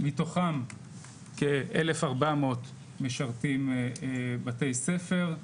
מתוכם כ-1,400 משרתים בתי-ספר.